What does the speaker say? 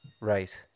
Right